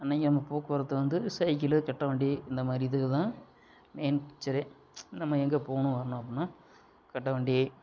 அன்னைக்கு நம்ம போக்குவரத்து வந்து சைக்கிளு கட்டைவண்டி இந்தமாதிரி இதுக தான் மெயின் பிச்சரே நம்ம எங்கே போகணும் வரணும் அப்புட்னா கட்டைவண்டி